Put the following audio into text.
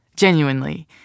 Genuinely